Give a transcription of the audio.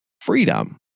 freedom